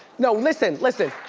no, listen, listen.